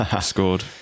scored